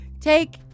take